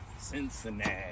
cincinnati